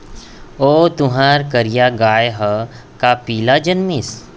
ओ तुंहर करिया गाय ह का पिला जनमिस?